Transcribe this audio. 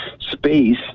space